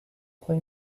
play